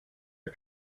are